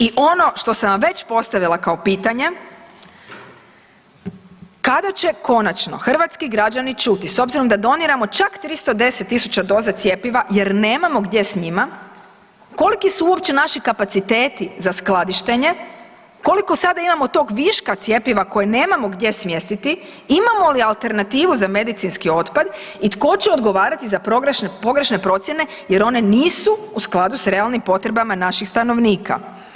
I ono što sam vam već postavila kao pitanje, kada će konačno hrvatski građani čuti s obzirom da doniramo čak 310.000 doza cjepiva jer nemamo gdje s njima koliki su uopće naši kapaciteti za skladištenje, koliko sada imamo tog viška cjepiva koje nemamo gdje smjestiti, imamo li alternativu za medicinski otpad i tko će odgovarati za pogrešne procjene jer one nisu u skladu s realnim potrebama naših stanovnika?